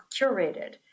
curated